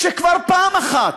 שכבר פעם אחת,